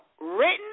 written